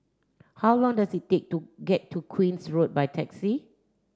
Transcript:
how long does it take to get to Queen's Road by taxi